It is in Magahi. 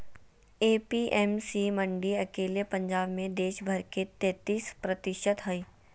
ए.पी.एम.सी मंडी अकेले पंजाब मे देश भर के तेतीस प्रतिशत हई